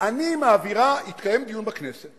יתקיים דיון בכנסת